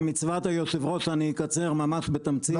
במצוות היושב ראש אני אקצר, ממש בתמצית.